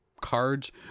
cards